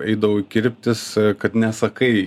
eidavau kirptis kad nesakai